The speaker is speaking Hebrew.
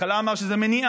בהתחלה הוא אמר שזו מניעה.